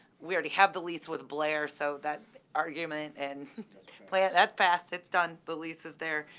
we already have the lease with blair, so that argument and play ah that fast. it's done. the lease is there.